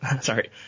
sorry